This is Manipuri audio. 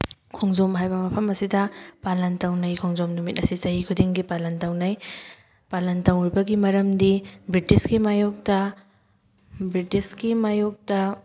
ꯈꯣꯡꯖꯣꯝ ꯍꯥꯏꯕ ꯃꯐꯝ ꯑꯁꯤꯗ ꯄꯥꯂꯟ ꯇꯧꯅꯩ ꯈꯣꯡꯖꯣꯝ ꯅꯨꯃꯤꯠ ꯑꯁꯤ ꯆꯍꯤ ꯈꯨꯗꯤꯡꯒꯤ ꯄꯥꯂꯟ ꯇꯧꯅꯩ ꯄꯥꯂꯟ ꯇꯧꯔꯤꯕꯒꯤ ꯃꯔꯝꯗꯤ ꯕ꯭ꯔꯤꯇꯤꯁꯀꯤ ꯃꯥꯌꯣꯛꯇ ꯕ꯭ꯔꯤꯇꯤꯁꯀꯤ ꯃꯥꯌꯣꯛꯇ